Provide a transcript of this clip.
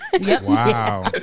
Wow